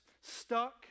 stuck